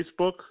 Facebook